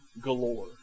galore